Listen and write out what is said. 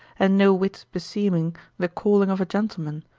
and no whit beseeming the calling of a gentleman,